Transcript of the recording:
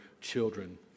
children